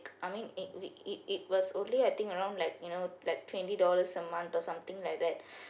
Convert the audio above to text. I mean it it it was only I think around like you know like twenty dollars a month or something like that